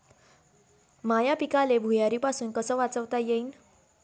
माह्या पिकाले धुयारीपासुन कस वाचवता येईन?